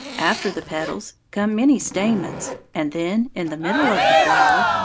after the petals, come many stamens, and then, in the middle of the flower,